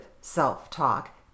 self-talk